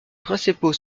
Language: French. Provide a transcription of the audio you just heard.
principaux